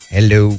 Hello